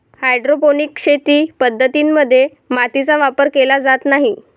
hydroponic शेती पद्धतीं मध्ये मातीचा वापर केला जात नाही